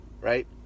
right